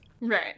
Right